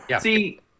See